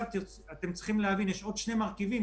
כאשר שאלנו לאן אנחנו הולכים דיברו על 150 מיליון